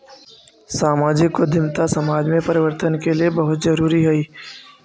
सामाजिक उद्यमिता समाज में परिवर्तन के लिए बहुत जरूरी हई